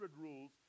rules